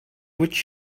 would